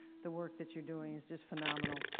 the work that you're doing is just phenomenal.